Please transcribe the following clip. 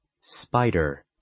Spider